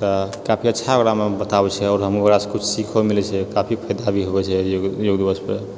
तऽ कक्षामे बताबए छियै आ हमरो ओकरासँ किछु सीखए छियै काफी फायदा भी मिलै छै योग दिवस पर